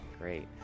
Great